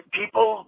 people